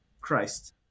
Christ